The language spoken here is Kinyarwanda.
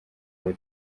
uri